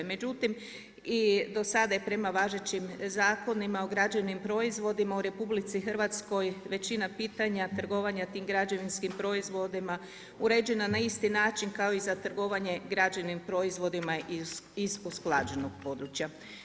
Međutim, i do sada je prema važećim zakonima o građevnim proizvodima u Republici Hrvatskoj većina pitanja trgovanja tim građevinskim proizvodima uređena na isti način kao i za trgovanje građevnim proizvodima iz usklađenog područja.